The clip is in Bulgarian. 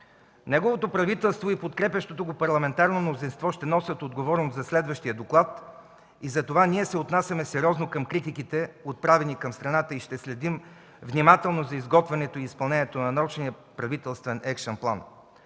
Неговото правителство и подкрепящото го парламентарно мнозинство ще носят отговорност за следващия доклад и затова ние се отнасяме сериозно към критиките, отправени към страната, и ще следим внимателно за изготвянето и изпълнението на научния правителствен „екшън план”.